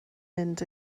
mynd